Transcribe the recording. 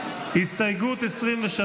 23. הסתייגות 23,